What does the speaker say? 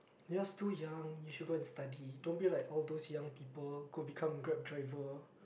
you are still too young you should go and study don't be like all those young people go become grab driver